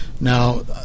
Now